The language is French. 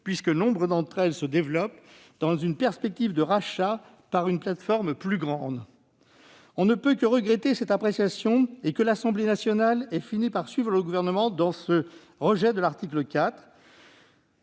pour bon nombre d'entre elles, se développent dans une perspective de rachat par une plateforme plus grande. On ne peut que regretter cette appréciation, d'autant que l'Assemblée nationale a fini par suivre le Gouvernement dans ce rejet de l'article 4